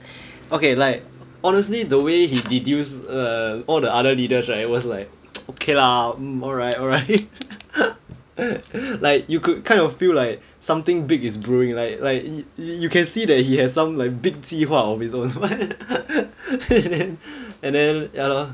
okay like honestly the way he deduced err all the other leaders right it was like okay lah mm alright alright like you could kind of feel like something big is brewing like like you can see that he has some like big 计划 of his own and then ya lor